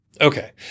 Okay